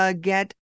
get